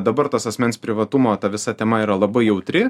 dabar tas asmens privatumo ta visa tema yra labai jautri